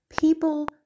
people